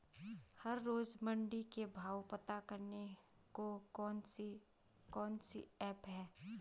हर रोज़ मंडी के भाव पता करने को कौन सी ऐप है?